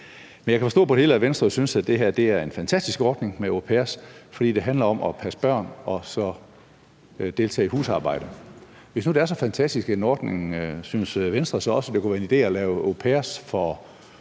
på det hele, at Venstre synes, at det her er en fantastisk ordning med au pairer, fordi det handler om at passe børn og så deltage i husarbejde. Hvis nu det er så fantastisk en ordning, synes Venstre så også, det kunne være en idé at lave au pair-ordninger